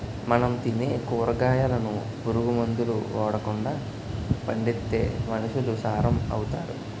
మనం తినే కూరగాయలను పురుగు మందులు ఓడకండా పండిత్తే మనుసులు సారం అవుతారు